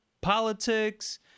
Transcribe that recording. politics